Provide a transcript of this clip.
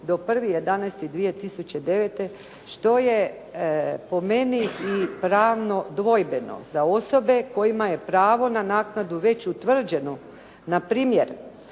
do 1.11.2009. što je po meni i pravno dvojbeno za osobe kojima je pravo na naknadu već utvrđeno. Na primjer,